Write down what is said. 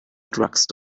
drugstore